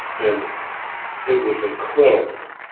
and it was incredible.